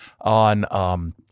on